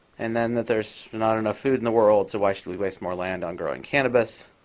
and then that there's not enough food in the world, so why should we waste more land on growing cannabis.